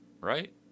right